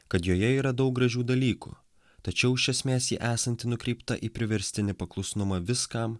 kad joje yra daug gražių dalykų tačiau iš esmės ji esanti nukreipta į priverstinį paklusnumą viskam